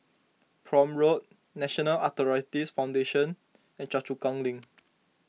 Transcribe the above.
Prome Road National Arthritis Foundation and Choa Chu Kang Link